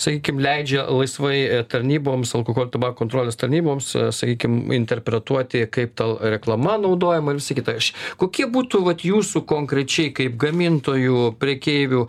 sakykim leidžia laisvai tarnyboms alkoholio tabako kontrolės tarnyboms sakykim interpretuoti kaip ta reklama naudojama ir visa kita kokie būtų vat jūsų konkrečiai kaip gamintojų prekeivių